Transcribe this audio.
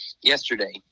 yesterday